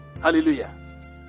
hallelujah